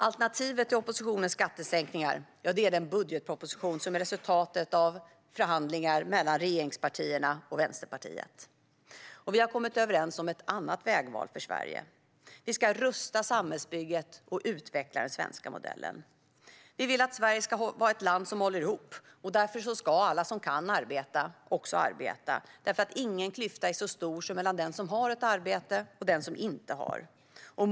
Alternativet till oppositionens skattesänkningar är den budgetproposition som är resultatet av förhandlingar mellan regeringspartierna och Vänsterpartiet. Vi har kommit överens om ett annat vägval för Sverige. Vi ska rusta samhällsbygget och utveckla den svenska modellen. Vi vill att Sverige ska vara ett land som håller ihop. Därför ska alla som kan arbeta också arbeta. Ingen klyfta är nämligen så stor som klyftan mellan den som har ett arbete och den som inte har det.